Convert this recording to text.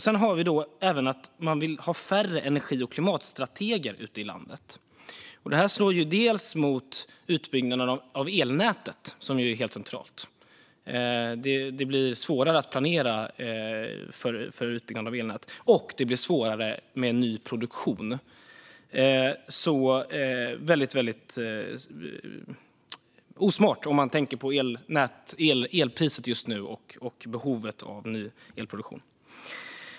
Man vill även ha färre energi och klimatstrateger ute i landet. Detta slår mot utbyggnaden av elnätet, som ju är helt central. Det blir svårare att planera för utbyggnad av elnät. Det blir också svårare med nyproduktion. Det är alltså väldigt osmart med tanke på elpriset just nu och med tanke på behovet av ny elproduktion.